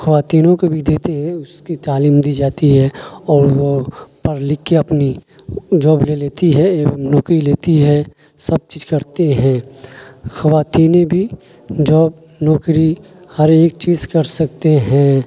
خواتینوں کو بھی دیتے ہیں اس کی تعلیم دی جاتی ہے اور وہ پڑھ لکھ کے اپنی جاب لے لیتی ہے ایوم نوکری لیتی ہے سب چیز کرتے ہیں خواتینیں بھی جاب نوکری ہر ایک چیز کر سکتے ہیں